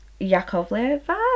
Yakovleva